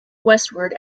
westward